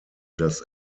das